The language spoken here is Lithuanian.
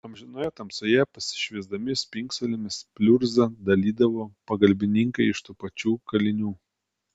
amžinoje tamsoje pasišviesdami spingsulėmis pliurzą dalydavo pagalbininkai iš tų pačių kalinių